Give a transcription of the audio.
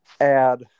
add